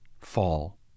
fall